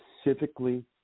Specifically